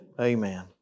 Amen